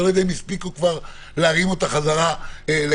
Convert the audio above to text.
ואני לא יודע אם הספיקו כבר להרים אותה חזרה לגמרי.